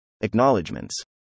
Acknowledgements